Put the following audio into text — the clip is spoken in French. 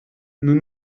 nous